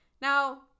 Now